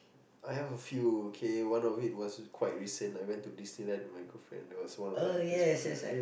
I have a few okay one of it was quite recent I went to Disneyland with my girlfriend it was one of the happiest moment lah